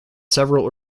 several